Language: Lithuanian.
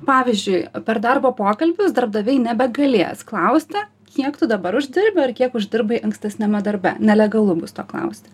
pavyzdžiui per darbo pokalbius darbdaviai nebegalės klausti kiek tu dabar uždirbi ar kiek uždirbai ankstesniame darbe nelegalu bus to klausti